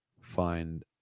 find